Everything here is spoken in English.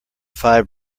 five